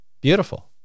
beautiful